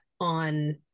on